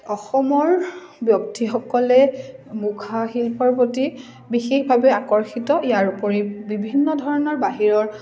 অসমৰ ব্যক্তিসকলে মুখা শিল্পৰ প্ৰতি বিশেষভাৱে আকৰ্ষিত ইয়াৰ উপৰি বিভিন্ন ধৰণৰ বাহিৰৰ